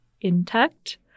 intact